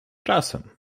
czasem